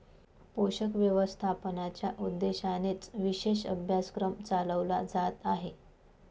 पोषक व्यवस्थापनाच्या उद्देशानेच विशेष अभ्यासक्रम चालवला जात आहे